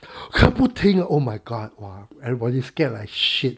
咳不停 oh my god !wah! everybody's scared like shit